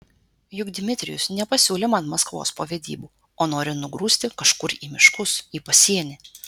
juk dmitrijus nepasiūlė man maskvos po vedybų o nori nugrūsti kažkur į miškus į pasienį